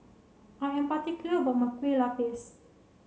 I am particular about my Kueh Lupis